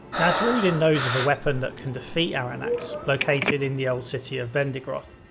nasrudin knows of a weapon that can defeat arronax, located in the old city of vendigroth.